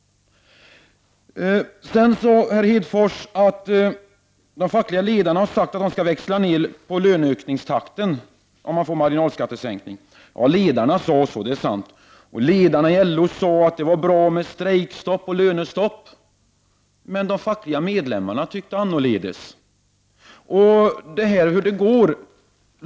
Sedan sade Lars Hedfors att de fackliga ledarna har sagt att man skall växla ned löneökningstakten om man får marginalskattesänkning. Ledarna sade så, det är sant. Ledarna i LO sade också att det var bra med strejkstopp och lönestopp. Men de fackliga medlemmarna tyckte annorledes.